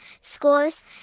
scores